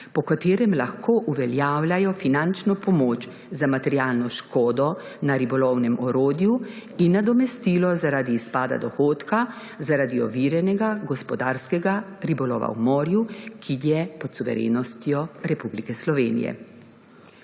po katerem lahko uveljavljajo finančno pomoč za materialno škodo na ribolovnem orodju in nadomestilo zaradi izpada dohodka zaradi oviranega gospodarskega ribolova v morju, ki je pod suverenostjo Republike Slovenije.